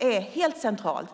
är helt centralt.